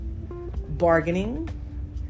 bargaining